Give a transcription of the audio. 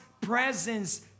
presence